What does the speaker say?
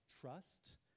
trust